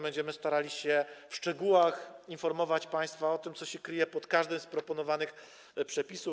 Będziemy starali się szczegółowo informować państwa o tym, co się kryje pod każdym z proponowanych przepisów.